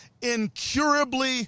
incurably